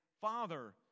Father